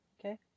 Okay